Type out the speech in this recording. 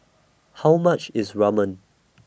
How much IS Ramen